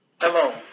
Hello